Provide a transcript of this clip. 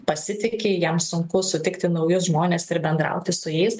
pasitiki jam sunku sutikti naujus žmones ir bendrauti su jais